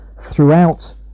throughout